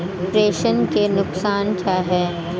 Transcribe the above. प्रेषण के नुकसान क्या हैं?